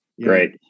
Great